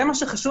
זה מה שחשוב?